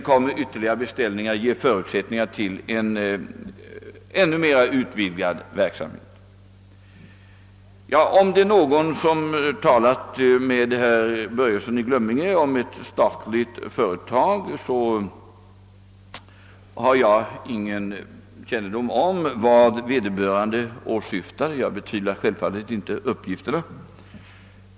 Eventuellt kommer flera beställningar att ge förutsättningar för en ännu mer utvidgad verksamhet: Om någon har talat med herr Börjesson i Glömminge om ett statligt företag, har jag ingen kännedom om vad vederbörande åsyftar; jag betvivlar självfallet inte uppgifterna.